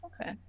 Okay